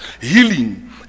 healing